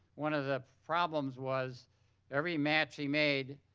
one of the problems was every match he made